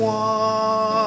one